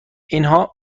اینها